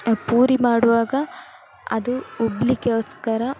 ಪೂರಿ ಮಾಡುವಾಗ ಅದು ಉಬ್ಬಲಿಕ್ಕೋಸ್ಕರ